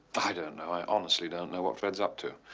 i don't know? i honestly don't know what fred's up to.